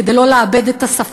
כדי לא לאבד את השפה,